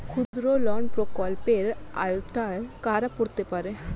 ক্ষুদ্রঋণ প্রকল্পের আওতায় কারা পড়তে পারে?